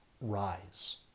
rise